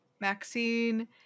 Maxine